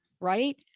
right